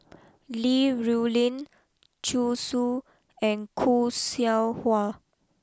Li Rulin Zhu Xu and Khoo Seow Hwa